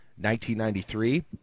1993